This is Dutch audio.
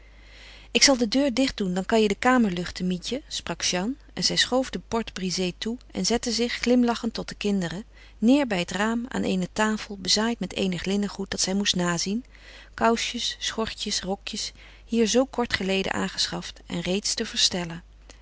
ik zal de deur dicht doen dan kan je de kamer luchten mietje sprak jeanne en zij schoof de porte-brisée toe en zette zich glimlachend tot de kinderen neêr bij het raam aan eene tafel bezaaid met eenig linnengoed dat zij moest nazien kousjes schortjes rokjes hier zoo kort geleden aangeschaft en reeds te verstellen